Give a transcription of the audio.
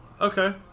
Okay